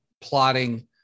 plotting